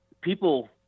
people